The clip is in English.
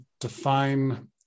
define